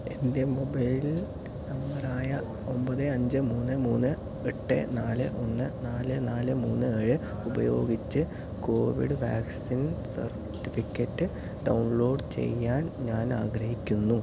എൻ്റെ മൊബൈൽനമ്പറായ ഒമ്പത് അഞ്ച് മൂന്ന് മൂന്ന് എട്ട് നാല് ഒന്ന് നാല് നാല് മൂന്ന് ഏഴ് ഉപയോഗിച്ച് കോവിഡ് വാക്സിൻ സർട്ടിഫിക്കറ്റ് ഡൗൺലോഡ് ചെയ്യാൻ ഞാനാഗ്രഹിക്കുന്നു